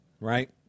right